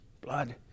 Blood